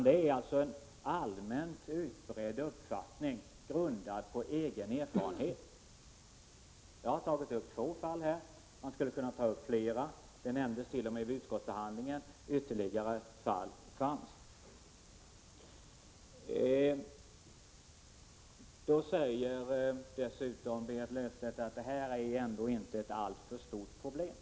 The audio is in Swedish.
Det handlar om en allmänt utbredd uppfattning, grundad på egen erfarenhet. Jag har tagit upp två fall, och jag skulle kunna ta upp flera. Det nämndes t.o.m. vid utskottsbehandlingen att det finns ytterligare fall. Berit Löfstedt säger att det inte är ett alltför stort problem.